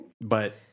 But-